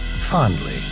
fondly